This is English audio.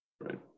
Right